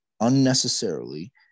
unnecessarily